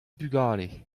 bugale